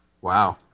Wow